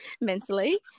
mentally